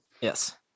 Yes